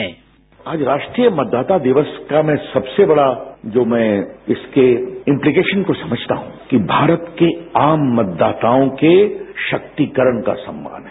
sound bite आज राष्ट्रीय मतदाता दिवस का मैं सबसे बड़ा जो मैं इसके इमप्लिकेशन को समझता हूं कि भारत के आम मतदाताओं के शक्तिकरण का सम्मान है